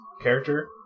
character